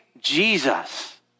Jesus